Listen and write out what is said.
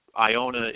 Iona